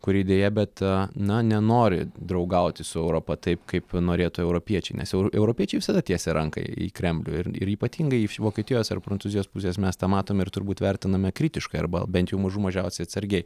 kuri deja bet na nenori draugauti su europa taip kaip norėtų europiečiai nes euro europiečiai visada tiesė ranką į kremlių ir ir ypatingai iš vokietijos ar prancūzijos pusės mes tą matom ir turbūt vertiname kritiškai arba bent jau mažų mažiausiai atsargiai